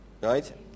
Right